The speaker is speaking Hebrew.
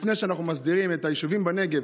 לפני שאנחנו מסדירים את היישובים בנגב,